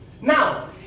Now